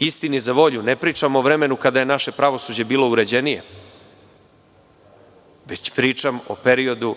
Istini za volju, ne pričam o vremenu kada je naše pravosuđe bilo uređenije, već pričam o periodu